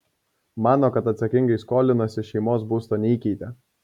mano kad atsakingai skolinosi šeimos būsto neįkeitė